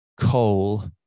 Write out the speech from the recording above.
coal